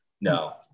No